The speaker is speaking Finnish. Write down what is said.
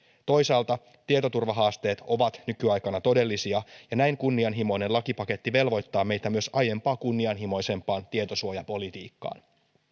toisaalta tietoturvahaasteet ovat nykyaikana todellisia ja näin kunnianhimoinen lakipaketti velvoittaa meitä myös aiempaa kunnianhimoisempaan tietosuojapolitiikkaan